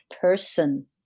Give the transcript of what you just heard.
person